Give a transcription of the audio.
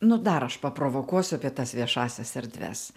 nu dar aš paprovokuosiu apie tas viešąsias erdves